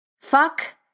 Fuck